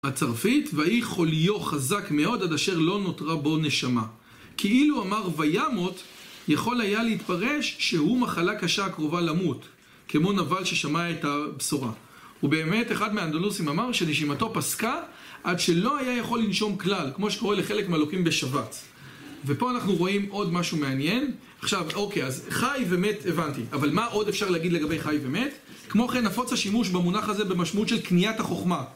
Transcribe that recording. הצרפית ויהי חוליו חזק מאוד עד אשר לא נותרה בו נשמה כאילו אמר וימות יכול היה להתפרש שהוא מחלה קשה הקרובה למות כמו נבל ששמע את הבשורה. ובאמת אחד מהאנדולוסים אמר שנשימתו פסקה עד שלא היה יכול לנשום כלל כמו שקורה לחלק מהלוקים בשבץ. ופה אנחנו רואים עוד משהו מעניין עכשיו אוקיי אז חי ומת הבנתי אבל מה עוד אפשר להגיד לגבי חי ומת כמו כן נפוץ השימוש במונח הזה במשמעות של קניית החוכמה